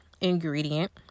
ingredient